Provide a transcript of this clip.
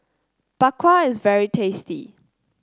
Bak Kwa is very tasty